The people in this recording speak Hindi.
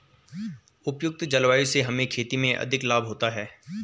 उपयुक्त जलवायु से हमें खेती में अधिक लाभ होता है